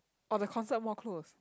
or the concert more close